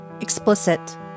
Explicit